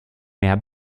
mehr